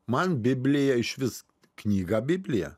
man biblija išvis knyga biblija